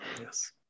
Yes